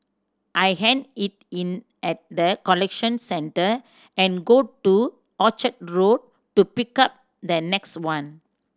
I hand it in at the collection center and go to Orchard Road to pick up the next one